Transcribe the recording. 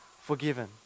forgiven